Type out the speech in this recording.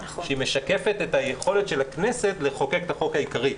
שהיא משקפת את היכולת של הכנסת לחוקק את החוק העיקרי,